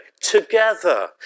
Together